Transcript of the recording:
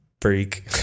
freak